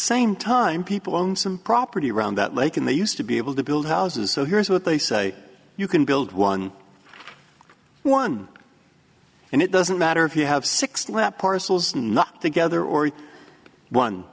same time people own some property around that lake and they used to be able to build houses so here's what they say you can build one one and it doesn't matter if you have six let parcels not together or one